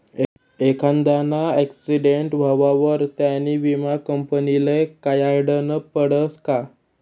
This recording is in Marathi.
एखांदाना आक्सीटेंट व्हवावर त्यानी विमा कंपनीले कयायडनं पडसं का